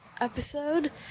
episode